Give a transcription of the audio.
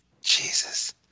Jesus